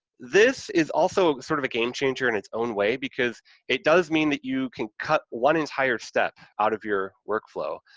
this is also sort of a game-changer in its own way, because it does mean that you can cut one entire step out of your work flow,